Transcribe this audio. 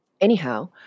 anyhow